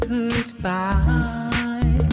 Goodbye